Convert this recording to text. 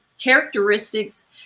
characteristics